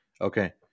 Okay